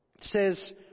says